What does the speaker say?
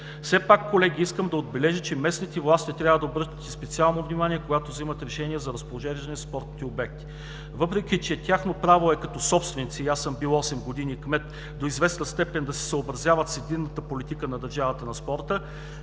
Все пак, колеги, искам да отбележа, че местните власти трябва да обръщат и специално внимание, когато взимат решения за разпореждане със спортните обекти. Тяхно право е, като собственици, аз съм бил осем години кмет, до известна степен да се съобразяват с единната политика на държавата за спорта.